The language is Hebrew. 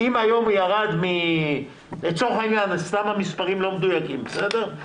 לצורך העניין, המספרים לא מדויקים, בסדר?